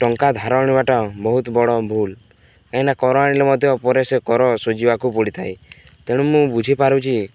ଟଙ୍କା ଧାର ଆଣିବାଟା ବହୁତ ବଡ଼ ଭୁଲ କାହିଁକିନା କର ଆଣିଲେ ମଧ୍ୟ ପରେ ସେ କର ସୁଝିବାକୁ ପଡ଼ିଥାଏ ତେଣୁ ମୁଁ ବୁଝିପାରୁଛି